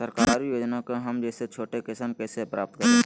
सरकारी योजना को हम जैसे छोटे किसान कैसे प्राप्त करें?